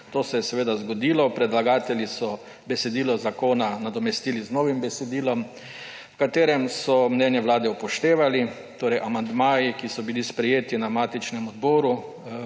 To se je seveda zgodilo, predlagatelji so besedilo zakona nadomestili z novim besedilom, v katerem so mnenje Vlade upoštevali. Torej amandmaji, ki so bili sprejeti na matičnem odboru